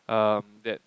um that